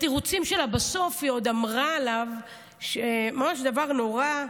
בתירוצים שלה בסוף היא עוד אמרה עליו ממש דבר נורא,